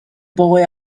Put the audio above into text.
boy